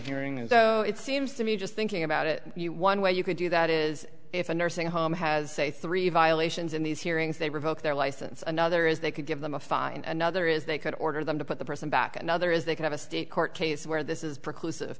hearing is so it seems to me just thinking about it one way you could do that is if a nursing home has say three violations in these hearings they revoke their license another is they could give them a fine another is they could order them to put the person back another is they could have a state court case where this is precludes